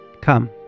Come